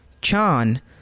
Chan